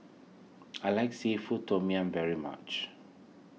I like Seafood Tom Yum very much